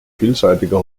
vielseitiger